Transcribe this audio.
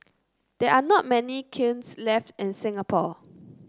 there are not many kilns left in Singapore